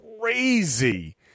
crazy